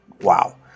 Wow